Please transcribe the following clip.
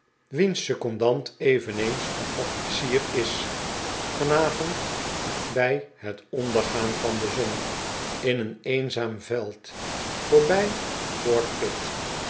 wiens secondant eveneens een officier is vanavond bij het ondergaan van de zon in een eenzaam veld voorbij fort pitt